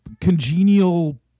congenial